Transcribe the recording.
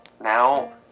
Now